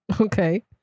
Okay